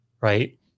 right